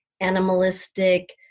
animalistic